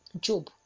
Job